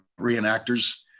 reenactors